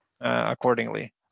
accordingly